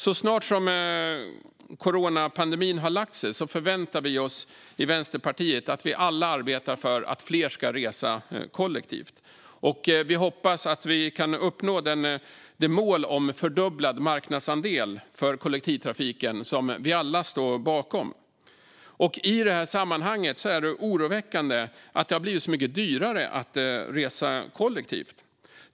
Så snart coronapandemin har lagt sig förväntar vi i Vänsterpartiet oss att vi alla arbetar för att fler ska resa kollektivt. Vi hoppas att vi kan uppnå det mål om fördubblad marknadsandel för kollektivtrafiken som vi alla står bakom. I det sammanhanget är det oroväckande att det har blivit så mycket dyrare att resa kollektivt.